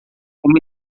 uma